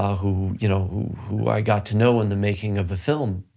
ah who you know who i got to know in the making of a film,